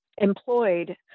employed